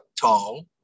tall